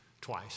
twice